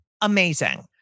amazing